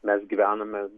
mes gyvename